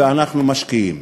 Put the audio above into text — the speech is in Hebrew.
ואנחנו משקיעים".